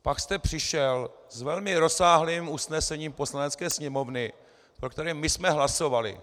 Pak jste přišel s velmi rozsáhlým usnesením Poslanecké sněmovny, pro které my jsme hlasovali.